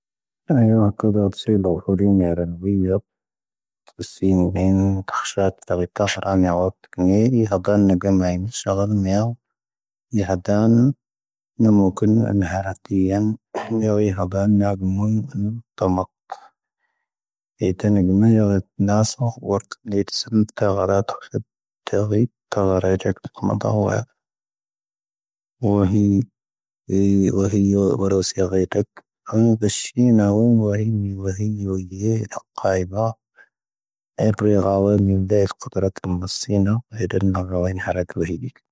ⴰⵉ ⵢⵉⵏ ⴰⵔⴰⴷⵉⵢⴰⵜ ⴰⴽⵀⴰⵙⵀⴰⵜ ⵀⴰⵙⵀⴰⵔⴰⵜ ⵎⵉ ⴰⵜⴰⵏ ⴰⴽⵀⵉⵜⵉⵢⵢⴰⵏ ⵜⴰⵎⵇ ⵏⴰⵙⵉⵀⴽ ⵡⴰⵔⵜⵇ ⵜⴰⴳⵉⵜ ⵎⴰⵡⴰⵜⵉ ⵎⴰⵀⵉ ⵡⴰⵙⵉ ⴳⴰⵉⵜⴰⴽ ⵡⴰⵀⵉⵏ ⵡⴰⵀⵉⵏⵏⴻ ⴳⴰⵡⵉⴱⴰ